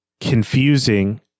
confusing